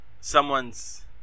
someone's